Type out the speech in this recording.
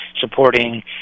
supporting